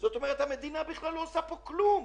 שזה אומר שהמדינה לא עושה פה כלום.